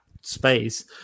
space